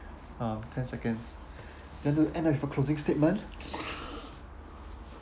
uh ten seconds then you end with a closing statement